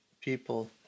people